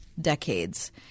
decades